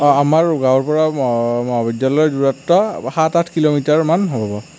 অ আমাৰ গাঁৱৰ পৰা মহাবিদ্যালয়লৈ দূৰত্ব সাত আঠ কিলোমিটাৰ মান হ'ব